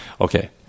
okay